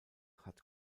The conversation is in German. hat